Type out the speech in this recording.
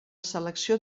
selecció